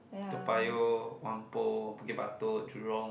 Toa-Payoh Whampoa Bukit-Batok Jurong